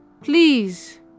please